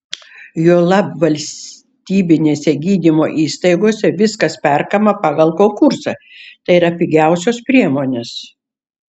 juolab valstybinėse gydymo įstaigose viskas perkama pagal konkursą tai yra pigiausios priemonės